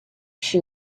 she